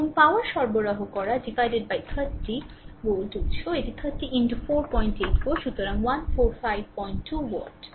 এবং পাওয়ার সরবরাহ করা 30 ভোল্ট উত্স এটি 30 484 সুতরাং 1452 ওয়াট